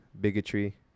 bigotry